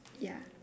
ya